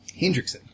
Hendrickson